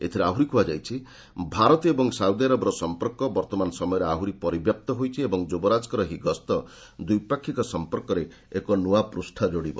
ଏଥିରେ ଆହୁରି କୁହାଯାଇଛି ଭାରତ ଏବଂ ସାଉଦି ଆରବର ସଂପର୍କ ବର୍ତ୍ତମାନ ସମୟରେ ଆହୁରି ପରିବ୍ୟାପ୍ତ ହୋଇଛି ଏବଂ ଯୁବରାଜଙ୍କର ଏହି ଗସ୍ତ ଦ୍ୱିପାକ୍ଷିକ ସଂପର୍କରେ ଏକ ନୂଆ ପୃଷ୍ଣା ଯୋଡ଼ିବ